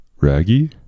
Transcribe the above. Raggy